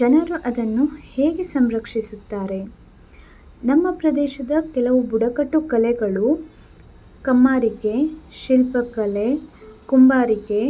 ಜನರು ಅದನ್ನು ಹೇಗೆ ಸಂರಕ್ಷಿಸುತ್ತಾರೆ ನಮ್ಮ ಪ್ರದೇಶದ ಕೆಲವು ಬುಡಕಟ್ಟು ಕಲೆಗಳು ಕಮ್ಮಾರಿಕೆ ಶಿಲ್ಪಕಲೆ ಕುಂಬಾರಿಕೆ